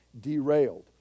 derailed